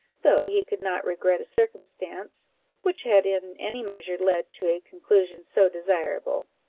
though he could not regret a circumstance which had in any measure led to a conclusion so desirable.